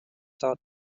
dot